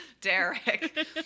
Derek